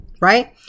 Right